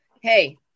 Hey